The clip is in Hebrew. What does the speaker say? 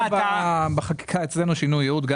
אצלנו בחקיקה זה נקרא שינוי יעוד.